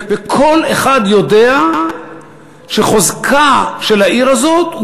וכל אחד יודע שחוזקה של העיר הזאת הוא